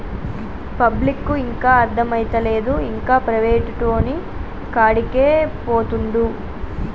పబ్లిక్కు ఇంకా అర్థమైతలేదు, ఇంకా ప్రైవేటోనికాడికే పోతండు